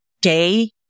day